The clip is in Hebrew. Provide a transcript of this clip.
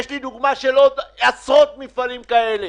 יש לי עוד עשרות דוגמאות של מפעלים כאלה.